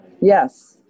Yes